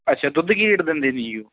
ਅੱਛਾ ਦੁੱਧ ਕੀ ਰੇਟ ਦਿੰਦੇ ਜੀ ਉਹ